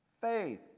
faith